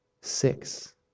six